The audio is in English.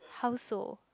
how so